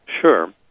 Sure